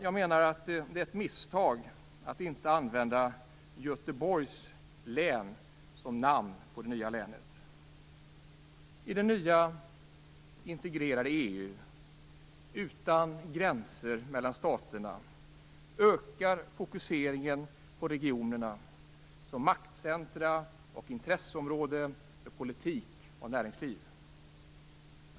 Jag menar att det är ett misstag att inte använda Göteborgs län som namn på det nya länet. I det nya integrerade EU utan gränser mellan staterna ökar fokuseringen på regionerna som maktcentrum och intresseområden för politik och näringsliv.